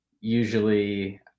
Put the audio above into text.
usually